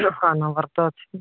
ହଁ ନେବାର ତ ଅଛି